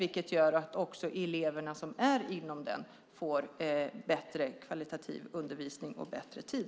Det gör att också eleverna där får en kvalitativt bättre undervisning och mer tid.